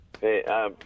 Hey